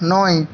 নয়